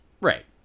Right